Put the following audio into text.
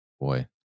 boy